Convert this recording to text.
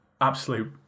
Absolute